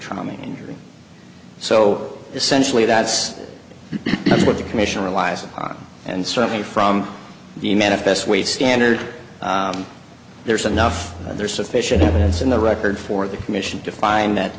trami injury so essentially that's what the commission relies upon and certainly from the manifest way standard there's enough there's sufficient evidence in the record for the commission to find that